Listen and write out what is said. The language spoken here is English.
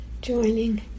joining